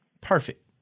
perfect